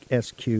SQ